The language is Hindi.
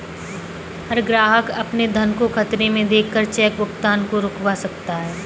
हर ग्राहक अपने धन को खतरे में देख कर चेक भुगतान को रुकवा सकता है